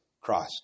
Christ